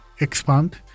expand